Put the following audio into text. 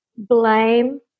blame